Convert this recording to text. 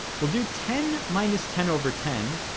we'll do ten minus ten over ten,